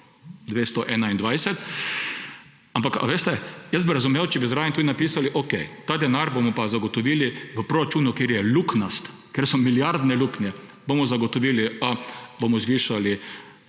221. Jaz bi razumel, če bi zraven napisali – okej, ta denar bomo pa zagotovili v proračunu, ker je luknjast, ker so milijardne luknje, bomo zagotovili, ali pa bomo zvišali